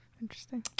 Interesting